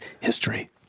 history